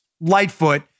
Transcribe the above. Lightfoot